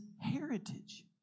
heritage